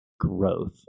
growth